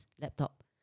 laptop